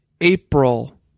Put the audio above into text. April